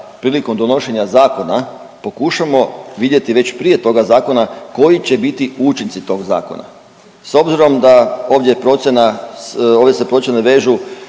prilikom donošenja zakona pokušamo vidjeti već prije toga zakona koji će biti učinci tog zakona. S obzirom da ovdje je procjena,